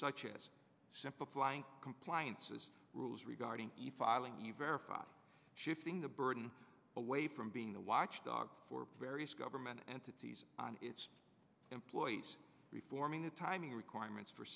such as simple flying compliances rules regarding filing you verify shifting the burden away from being the watchdog for various government entities its employees reforming the timing requirements for